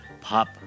pop